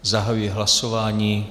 Zahajuji hlasování.